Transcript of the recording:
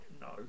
no